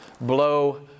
blow